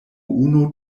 unu